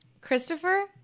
Christopher